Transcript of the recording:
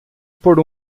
por